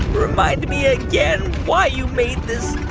remind me again why you made this